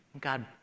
God